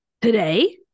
Today